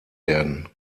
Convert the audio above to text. werden